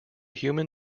human